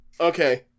Okay